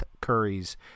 Curry's